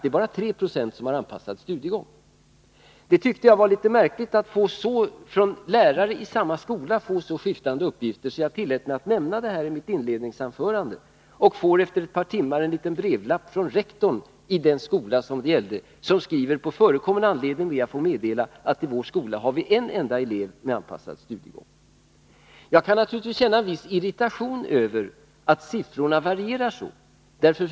Det är bara 3 26 som har anpassad studiegång. Det tyckte jag var litet märkligt att från lärare i samma 141 skola få så skiftande uppgifter, och jag tillät mig att nämna detta i mitt inledningsanförande. Efter ett par timmar fick jag en lapp från rektorn i den skola som det gällde som skrev: På förekommen anledning ber jag att få meddela att vi i vår skola har en enda elev med anpassad studiegång. Jag kan naturligtvis känna viss irritation över att siffrorna varierar så mycket.